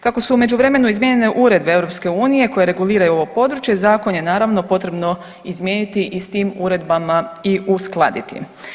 Kako su u međuvremenu izmijenjene uredbe EU koje reguliraju ovo područje zakon je naravno potrebno izmijeniti i s tim uredbama i uskladiti.